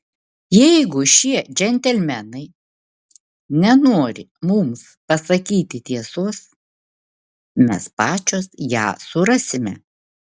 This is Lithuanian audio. jeigu šie džentelmenai nenori mums pasakyti tiesos mes pačios ją surasime